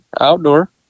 outdoor